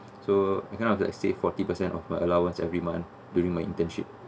so it kind of like save forty percent of my allowance every month during my internship